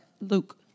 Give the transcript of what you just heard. Luke